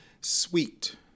Sweet